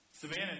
Savannah